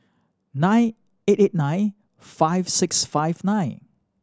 nine eight eight nine five six five nine